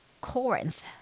Corinth